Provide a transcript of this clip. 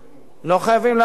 כזה ראה וקדש,